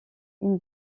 une